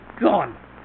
gone